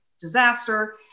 disaster